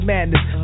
Madness